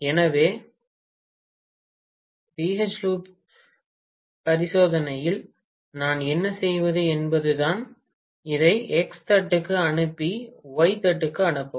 எனவே pH loop ரிசோதனையில் நாம் என்ன செய்வது என்பதுதான் இதை எக்ஸ் தட்டுக்கு அனுப்பி ஒய் தட்டுக்கு அனுப்பவும்